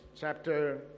chapter